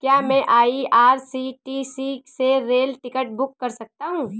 क्या मैं आई.आर.सी.टी.सी से रेल टिकट बुक कर सकता हूँ?